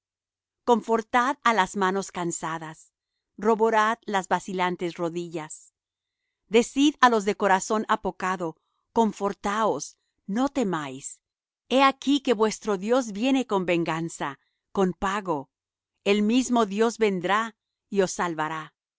confortad á las manos cansadas roborad las vacilantes rodillas decid á los de corazón apocado confortaos no temáis he aquí que vuestro dios viene con venganza con pago el mismo dios vendrá y os salvará